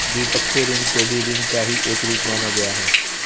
द्विपक्षीय ऋण को भी ऋण का ही एक रूप माना गया है